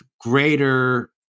greater